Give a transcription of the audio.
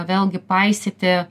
vėlgi paisyti